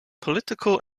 political